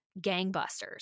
gangbusters